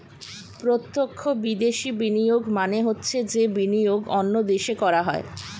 প্রত্যক্ষ বিদেশি বিনিয়োগ মানে হচ্ছে যে বিনিয়োগ অন্য দেশে করা হয়